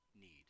need